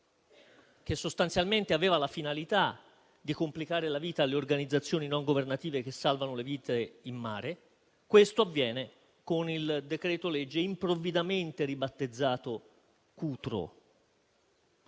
che sostanzialmente aveva la finalità di complicare la vita alle organizzazioni non governative che salvano le vite in mare; questo avviene con il decreto-legge improvvidamente ribattezzato "Cutro".